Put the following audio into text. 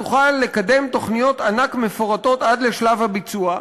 תוכל לקדם תוכניות ענק מפורטות עד לשלב הביצוע,